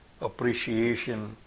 appreciation